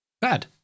bad